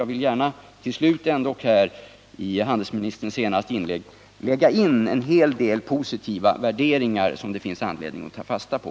Jag vill gärna till sist i handelsministerns senaste inlägg lägga in en hel del positiva värderingar som det finns anledning att ta fasta på.